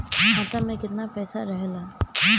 खाता में केतना पइसा रहल ह?